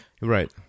Right